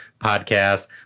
podcast